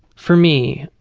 for me.